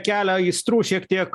kelia aistrų šiek tiek